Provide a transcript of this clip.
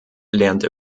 lernte